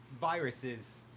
viruses